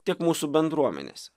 tiek mūsų bendruomenėse